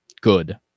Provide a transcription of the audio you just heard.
Good